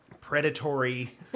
predatory